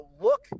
look